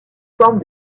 forme